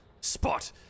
spot